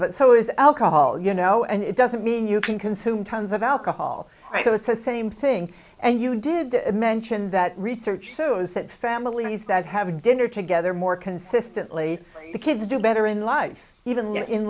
but so is alcohol you know and it doesn't mean you can consume tons of alcohol so it's a same thing and you did mention that research shows that families that have dinner together more consistently the kids do better in life even